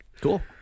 Cool